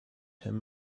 him